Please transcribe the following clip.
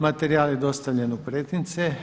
Materijal je dostavljen u pretince.